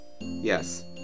Yes